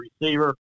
receiver